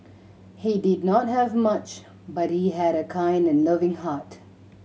he did not have much but he had a kind and loving heart